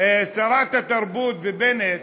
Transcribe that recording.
שרת התרבות ובנט,